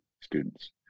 students